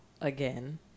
again